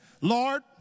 Lord